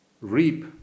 reap